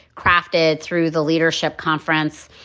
crafted through the leadership conference.